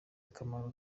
akamaro